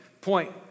point